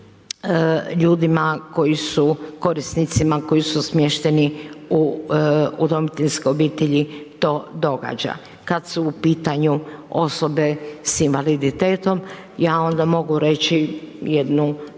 ljudima, korisnicima koji su smješteni u udomiteljskoj obitelji to događa. Kad su u pitanju osobe s invaliditetom ja onda mogu reći jednu čak